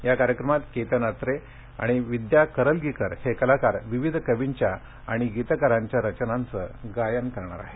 या कार्यक्रमात केतन अत्रे आणि विदया करलगिकर हे कलाकार विविध कर्वीच्या आणि गीतकारांच्या रचनांचं गायन करणार आहेत